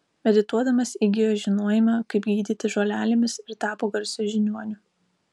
medituodamas įgijo žinojimą kaip gydyti žolelėmis ir tapo garsiu žiniuoniu